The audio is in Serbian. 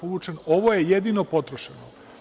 Ovo je jedino potrošeno.